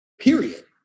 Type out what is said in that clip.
period